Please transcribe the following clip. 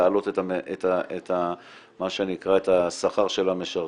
להעלות את השכר של המשרתים,